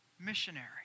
missionary